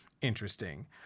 interesting